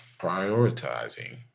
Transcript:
Prioritizing